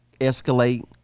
escalate